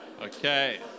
Okay